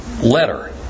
letter